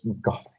God